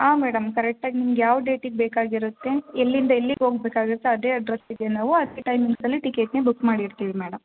ಆಂ madam ಕರೆಕ್ಟಾಗಿ ನಿಮ್ಗೆ ಯಾವ ಡೇಟಿಗೆ ಬೇಕಾಗಿರುತ್ತೆ ಎಲ್ಲಿಂದ ಎಲ್ಲಿಗೆ ಹೋಗ್ಬೇಕಾಗಿರ್ತೆ ಅದೇ ಅಡ್ರಸ್ಸಿಗೆ ನಾವು ಅಷ್ಟೇ ಟ್ರೈಮಿಂಗ್ಸಲ್ಲಿ ಟಿಕೆಟ್ನೆ ಬುಕ್ ಮಾಡಿರ್ತೀವಿ ಮೇಡಮ್